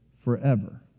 forever